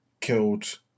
killed